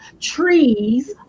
trees